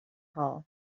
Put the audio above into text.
hall